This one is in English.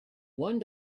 one